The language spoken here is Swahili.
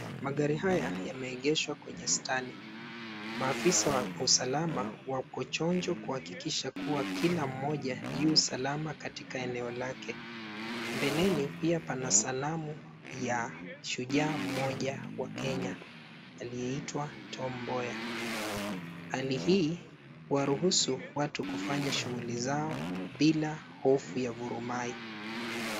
Magari haya yameegeshwa kwenye stani . Maafisa wa usalama wako chonjo kuhakikisha kuwa kila mmoja yu salama katika eneo lake. Mbeleni, pia pana sanamu ya shujaa mmoja wa Kenya aliyeitwa Tom Mboya. Hali hii huwaruhusu watu kufanya shughuli zao bila hofu ya vurumai.